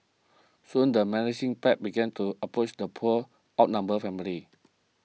soon the menacing pack began to approach the poor outnumbered family